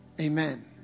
Amen